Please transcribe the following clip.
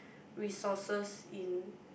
resources in